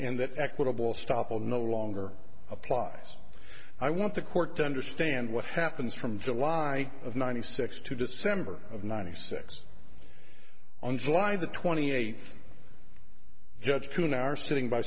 and that equitable stop will no longer applies i want the court to understand what happens from july of ninety six to december of ninety six on july the twenty eighth judge who now are sitting by